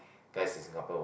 guys in Singapore will like